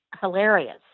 hilarious